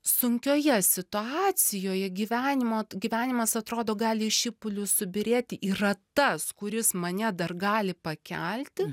sunkioje situacijoje gyvenimo gyvenimas atrodo gali į šipulius subyrėti yra tas kuris mane dar gali pakelti